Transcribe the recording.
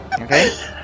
Okay